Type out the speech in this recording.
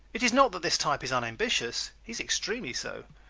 it is not that this type is unambitious. he is extremely so,